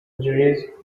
injuries